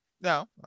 no